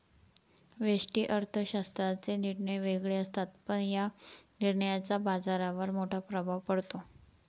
व्यष्टि अर्थशास्त्राचे निर्णय वेगळे असतात, पण या निर्णयांचा बाजारावर मोठा प्रभाव पडतो